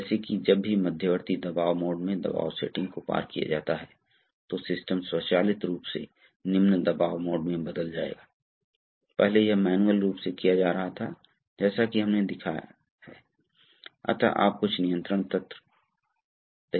इसलिए हम पंप और मोटरों को देखते हैं और हमने वाल्व के भाग को देखा है कुछ बिट्स बचे हैं और अंत में हम अगले व्याख्यान में सिलेंडर देखेंगे